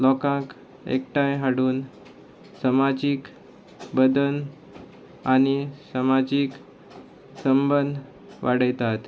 लोकांक एकठांय हाडून समाजीक बंधन आनी समाजीक संबंद वाडयतात